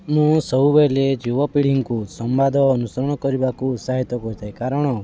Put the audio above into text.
ମୁଁ ସବୁବେଳେ ଯୁବପିଢ଼ିଙ୍କୁ ସମ୍ବାଦ ଅନୁସରଣ କରିବାକୁ ଉତ୍ସାହିତ କରିଥାଏ କାରଣ